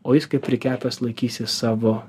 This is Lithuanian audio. o jis kaip prikepęs laikysis savo